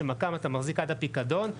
שמק"מ אתה מחזיק עד הפיקדון,